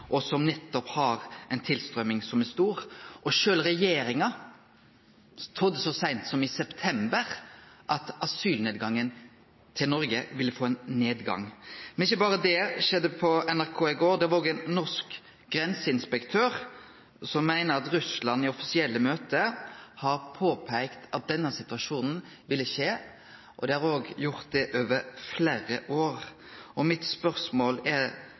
og som nettopp har ei tilstrømming som er stor. Sjølv regjeringa trudde så seint som i september at asyltilstrømminga til Noreg ville få ein nedgang. Men det var ikkje berre det som skjedde på NRK i går. Det var òg ein norsk grenseinspektør som meinte at Russland i offisielle møte har påpeikt at denne situasjonen ville oppstå – det har gjort det over fleire år. Mitt spørsmål til utanriksministeren er: